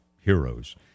heroes